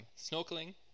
snorkeling